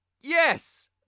yes